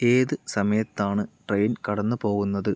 ഏത് സമയത്താണ് ട്രെയിൻ കടന്നു പോകുന്നത്